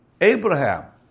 Abraham